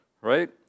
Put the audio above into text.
right